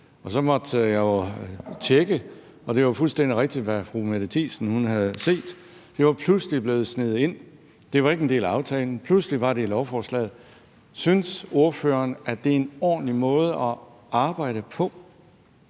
Så måtte jeg jo tjekke, og det var fuldstændig rigtigt, hvad fru Mette Thiesen havde set, nemlig at det pludselig var blevet sneget ind. Det var ikke en del af aftalen, og pludselig var det i lovforslaget. Synes ordføreren, at det er en ordentlig måde at arbejde på?